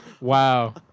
Wow